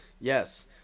yes